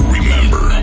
Remember